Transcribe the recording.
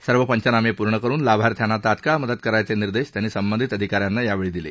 सर्व पंचनामे पूर्ण करून लाभार्थ्यांना तात्काळ मदत करायचे निर्देश त्यांनी संबंधित अधिकाऱ्यांना यावेळी दिले